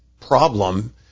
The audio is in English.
problem